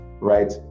right